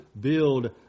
build